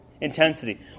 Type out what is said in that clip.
Intensity